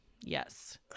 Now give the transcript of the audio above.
Yes